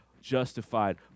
justified